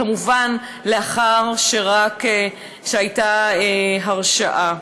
כמובן רק לאחר שהייתה הרשעה.